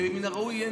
מן הראוי יהיה,